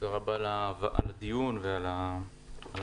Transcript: תודה רבה על הדיון ועל המקום.